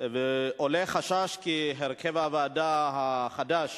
ועולה חשש כי הרכב הוועדה החדש